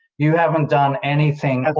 you haven't done anything at all